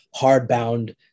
hardbound